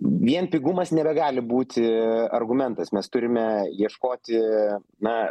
vien pigumas nebegali būti argumentas mes turime ieškoti na